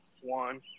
one